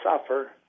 suffer